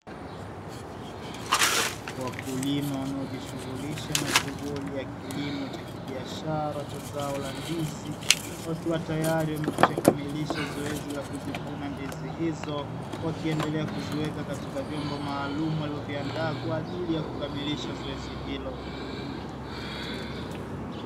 Wakulima wanaojishughulisha na shughuli ya kilimo cha kibiashara cha zao la ndizi wakiwa tayari wamekwisha kamilisha zoezi la kuzivuna ndizi hizo wakiendelea kuziweka katika vyombo maalumu walivyoviandaa kwa ajili ya kukamilisha zoezi hilo.